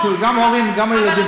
גם ההורים וגם הילדים.